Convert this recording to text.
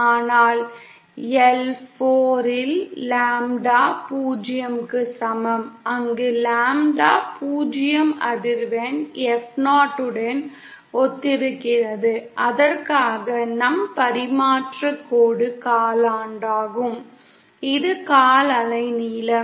ஆனால் எல் 4 இல் லாம்ப்டா 0 க்கு சமம் அங்கு லாம்ப்டா பூஜ்ஜியம் அதிர்வெண் F0 உடன் ஒத்திருக்கிறது அதற்காக நம் பரிமாற்றக் கோடு காலாண்டாகும் இது கால் அலை நீளம்